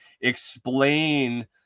Explain